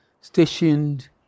stationed